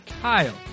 Kyle